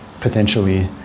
potentially